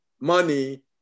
money